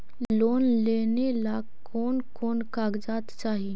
Loan लेने ला कोन कोन कागजात चाही?